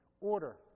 order